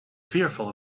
fearful